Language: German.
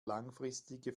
langfristige